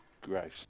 gross